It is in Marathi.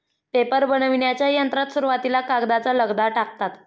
पेपर बनविण्याच्या यंत्रात सुरुवातीला कागदाचा लगदा टाकतात